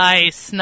Nice